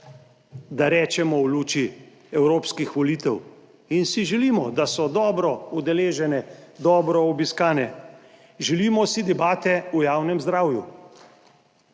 da rečemo v luči evropskih volitev in si želimo, da so dobro udeležene, dobro obiskane, želimo si debate o javnem zdravju.